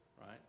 Right